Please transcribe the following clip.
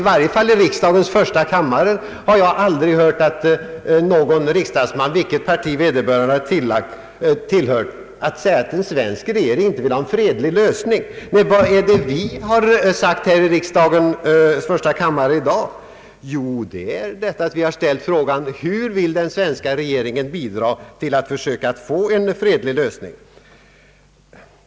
I varje fall i riksdagens första kammare har jag aldrig hört att någon riks dagsman, vilket parti vederbörande än har tillhört, har fällt ett sådant yttrande, att en svensk regering inte vill ha en fredlig lösning av en konflikt. Vad har vi sagt i riksdagens första kommare här i dag? Jo, vi har ställt frågan hur den svenska regeringen vill bidra till ett försök att få en fredlig lösning.